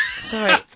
Sorry